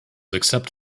except